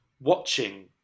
watching